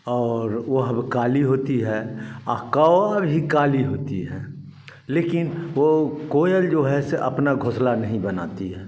और वह काली होती है आकोर ही काली होती है लेकिन वो कोयल जो है सो अपना घोसला नहीं बनाती है